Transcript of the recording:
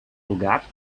lugar